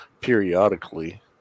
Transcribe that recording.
periodically